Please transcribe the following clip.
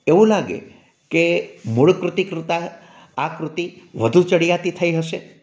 એવું લાગે કે મૂળ કૃતિ કૃતા આ કૃતિ વધુ ચડિયાતી થઈ હશે